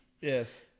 yes